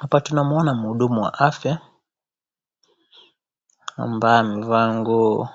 Hapa tunamwona muhudumu wa afya, ambaye amevaa nguo